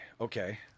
okay